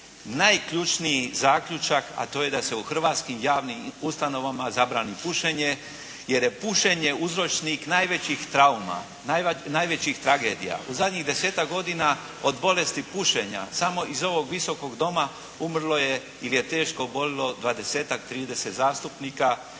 najključniji zaključak, a to je da se u hrvatskim javnim ustanovama zabrani pušenje jer je pušenje uzročnik najvećih trauma, najvećih tragedija. U zadnjih 10-tak godina od bolesti pušenja samo iz ovog Visokog doma umrlo je ili je teško obolilo 20-tak, 30 zastupnika,